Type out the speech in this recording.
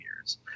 years